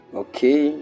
okay